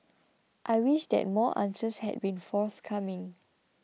I wish that more answers had been forthcoming